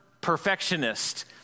perfectionist